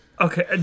Okay